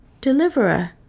Deliverer